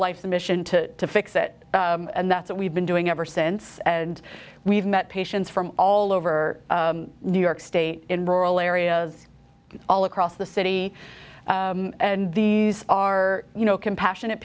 life's mission to fix it and that's what we've been doing ever since and we've met patients from all over new york state in rural areas all across the city and these are compassionate